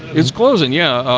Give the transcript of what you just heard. it's closing yeah,